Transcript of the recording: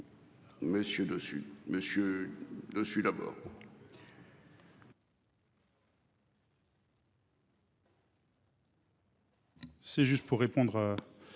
Monsieur dessus monsieur le d'abord. C'est juste pour répondre.